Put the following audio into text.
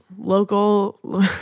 Local